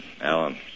Alan